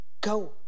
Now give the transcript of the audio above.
go